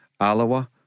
Alawa